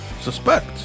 suspect